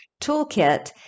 toolkit